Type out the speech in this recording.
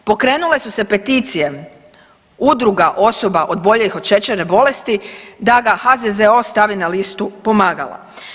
Pokrenule su se peticije udruga osoba oboljelih od šećerne bolesti da ga HZZO stavi na listu pomagala.